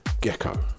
Gecko